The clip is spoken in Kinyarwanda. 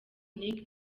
nick